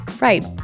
Right